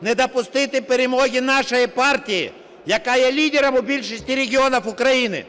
не допустити перемоги нашої партії, яка є лідером у більшості регіонів України.